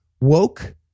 woke